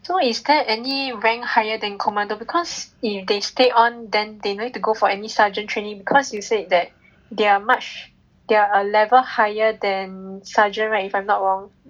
so is there any rank higher than commander because if they stay on then they no need to go for any sergeant training because you said that they are much they are a level higher then sergeant right if I'm not wrong